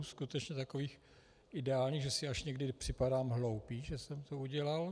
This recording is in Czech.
Skutečně takových ideálních, že si až někdy připadám hloupý, že jsem to udělal.